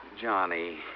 Johnny